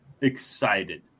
excited